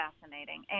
fascinating